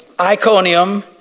Iconium